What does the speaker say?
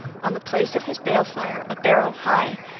on the place of his balefire a barrow high,